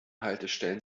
haltestellen